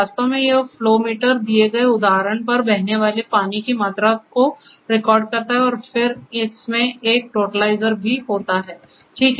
तो वास्तव में यह फ्लो मीटर दिए गए उदाहरण पर बहने वाले पानी की मात्रा को रिकॉर्ड करता है और फिर इसमें एक टोटलाइज़र भी होता है